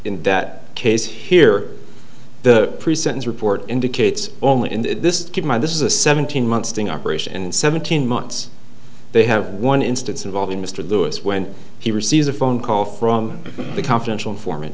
that case here the pre sentence report indicates only and this kid my this is a seventeen months to an operation and seventeen months they have one instance involving mr lewis when he received a phone call from the confidential informant